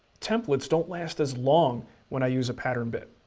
templates don't last as long when i use a pattern bit,